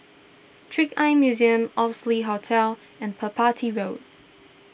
Trick Eye Museum Oxley Hotel and Road